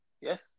Yes